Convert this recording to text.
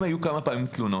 אם היו כמה תלונות